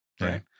right